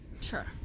Sure